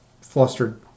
flustered